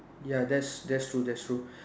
ya that's true that's true